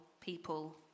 people